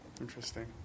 Interesting